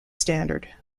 standard